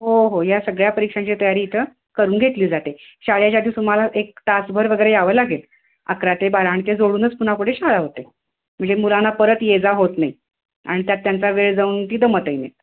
हो हो या सगळ्या परीक्षांची तयारी इथं करून घेतली जाते शाळेच्या आधी तुम्हाला एक तासभर वगैरे यावं लागेल अकरा ते बारा आणि ते जोडूनच पुन्हा पुढे शाळा होते म्हणजे मुलांना परत ये जा होत नाही आणि त्यात त्यांचा वेळ जाऊन ती दमतही नाही